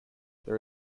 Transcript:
there